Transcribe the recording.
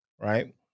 Right